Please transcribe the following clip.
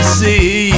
see